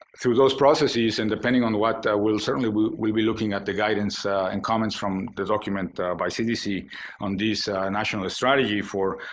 through those processes and depending on what we'll certainly, we'll we'll be looking at the guidance and comments from the document by cdc on this national strategy for